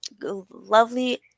lovely